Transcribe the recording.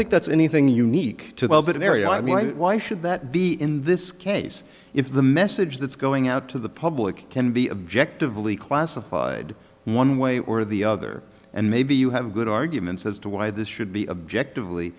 think that's anything unique to that area i mean why should that be in this case if the message that's going out to the public can be objective leak classified one way or the other and maybe you have good arguments as to why this should be objective